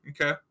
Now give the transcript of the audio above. okay